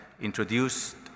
introduced